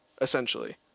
Essentially